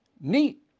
neat